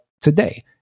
today